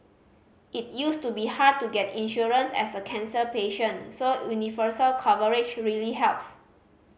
it used to be hard to get insurance as a cancer patient so universal coverage really helps